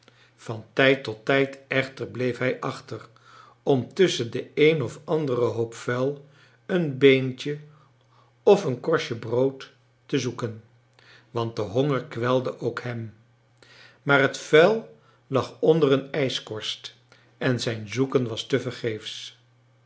van tijd tot tijd echter bleef hij achter om tusschen den een of anderen hoop vuil een beentje of een korstje brood te zoeken want de honger kwelde ook hem maar het vuil lag onder een ijskorst en zijn zoeken was tevergeefs